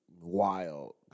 wild